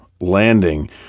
landing